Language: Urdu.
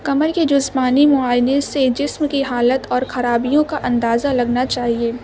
کمر کے جسمانی معائنے سے جسم کی حالت اور خرابیوں کا اندازہ لگنا چاہیے